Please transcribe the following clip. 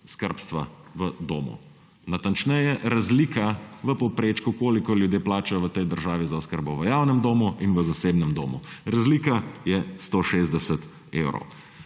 skrbstva v domu. Natančneje, razlika v povprečju, koliko ljudje plačajo v tej državi za oskrbo v javnem domu in v zasebnem domu. Razlika je 160 evrov.